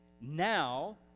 now